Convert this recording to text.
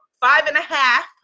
five-and-a-half